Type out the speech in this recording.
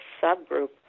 subgroup